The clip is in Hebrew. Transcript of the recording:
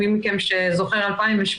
מי מכם שזוכר את 2008,